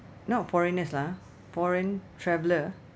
not foreigners lah foreign traveller